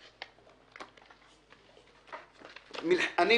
אנו יודעים, אדוני היושב-ראש.